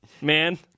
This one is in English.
Man